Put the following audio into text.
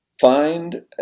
find